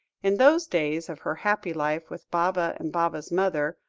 in those days of her happy life with baba and baba's mother,